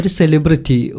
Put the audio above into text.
celebrity